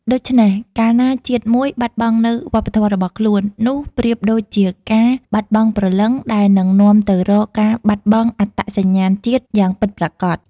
ដូច្នេះ កាលណាជាតិមួយបាត់បង់នូវវប្បធម៌របស់ខ្លួន នោះប្រៀបដូចជាការបាត់បង់ព្រលឹង ដែលនឹងនាំទៅរកការបាត់បង់អត្តសញ្ញាណជាតិយ៉ាងពិតប្រាកដ។